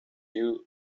you